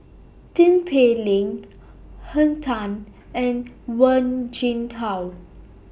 Tin Pei Ling Henn Tan and Wen Jinhua